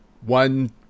One